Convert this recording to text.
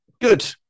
Good